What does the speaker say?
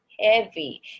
heavy